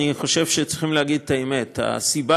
אני חושב שצריכים להגיד את האמת: הסיבה